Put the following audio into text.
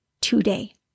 today